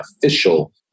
official